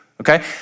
okay